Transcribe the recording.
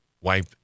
wipe